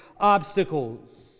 obstacles